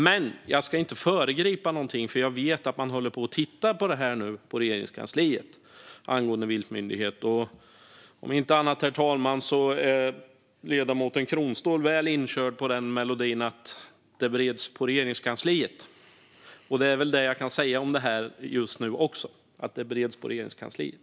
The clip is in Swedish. Men jag ska inte föregripa någonting. Jag vet att man på Regeringskansliet nu tittar på en viltmyndighet. Om inte annat är ledamoten Kronståhl väl inkörd på melodin att det bereds på Regeringskansliet, herr talman. Det är väl det jag kan säga just nu. Det bereds på Regeringskansliet.